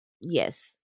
Yes